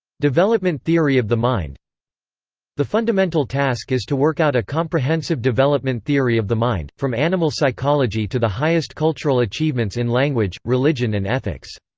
development theory of the mind the fundamental task is to work out a comprehensive development theory of the mind from animal psychology to the highest cultural achievements in language, religion and ethics.